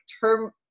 term